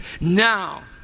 Now